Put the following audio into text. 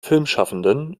filmschaffenden